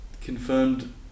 confirmed